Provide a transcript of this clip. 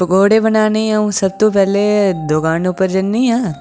पकोडे़ बनान्ने गी अ'ऊं सबतूं पैह्लें में दकान उप्पर जन्नी आं